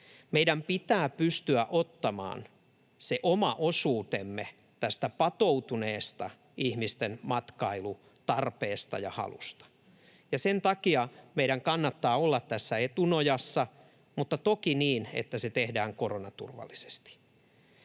Meidän pitää pystyä ottamaan se oma osuutemme tästä patoutuneesta ihmisten matkailutarpeesta ja ‑halusta. Sen takia meidän kannattaa olla tässä etunojassa, mutta toki niin, että se tehdään koronaturvallisesti.